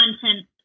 content